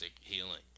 healing